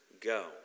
go